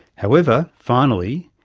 however, finally,